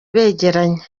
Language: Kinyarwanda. begeranye